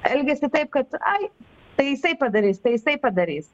elgiasi taip kad ai tai jisai padarys tai jisai padarys